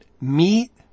meat